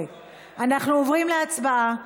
אנחנו עוברים להצבעה.